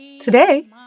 Today